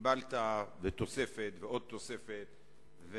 קיבלת תוספת ועוד תוספת.